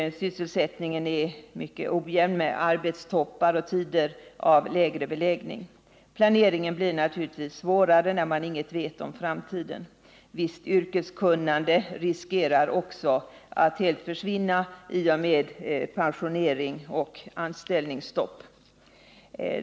Sysselsättningen är mycket ojämn med arbetstoppar och tider med lägre beläggning. Planeringen blir naturligtvis svår när man inget vet om framtiden. Visst yrkeskunnande riskerar också att helt försvinna på grund av pensioneringar och anställningsstopp.